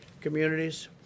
communities